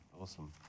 Awesome